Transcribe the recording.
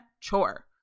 chore